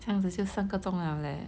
这样子就三个钟 liao leh